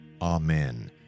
Amen